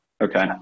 Okay